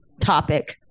topic